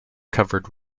covered